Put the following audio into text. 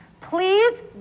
Please